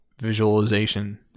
visualization